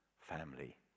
family